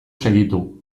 segitu